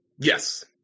Yes